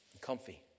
comfy